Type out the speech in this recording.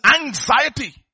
anxiety